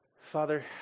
Father